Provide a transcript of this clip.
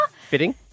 Fitting